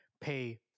pay